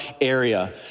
area